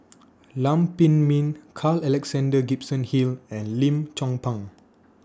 Lam Pin Min Carl Alexander Gibson Hill and Lim Chong Pang